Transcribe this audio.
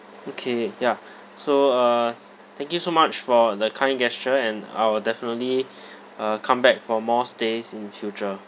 okay ya so uh thank you so much for the kind gesture and I will definitely uh come back for more stays in future